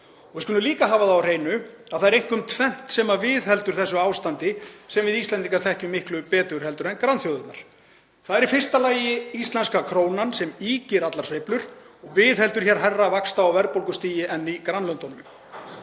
Við skulum líka hafa það á hreinu að það er einkum tvennt sem viðheldur þessu ástandi sem við Íslendingar þekkjum miklu betur en grannþjóðirnar. Það er í fyrsta lagi íslenska krónan sem ýkir allar sveiflur og viðheldur hærra vaxta- og verðbólgustigi en í grannlöndunum.